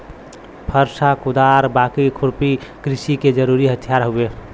फरसा, कुदार, बाकी, खुरपी कृषि के जरुरी हथियार हउवे